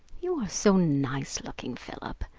you are so nice-looking, philip,